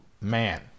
man